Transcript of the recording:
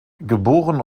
geboren